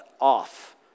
off